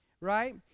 right